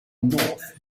north